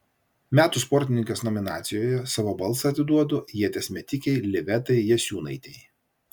metų sportininkės nominacijoje savo balsą atiduodu ieties metikei livetai jasiūnaitei